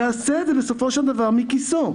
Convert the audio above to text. יעשה את זה בסופו של דבר מכיסו.